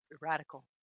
radical